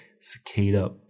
cicada